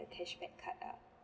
the cashback card lah